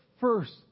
first